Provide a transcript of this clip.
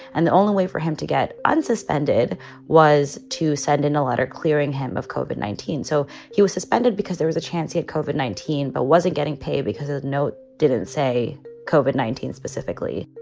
and the only way for him to get on suspended was to send in a letter clearing him of cauvin nineteen. so he was suspended because there was a chance he at koven, nineteen, but wasn't getting pay because the note didn't say koven nineteen specifically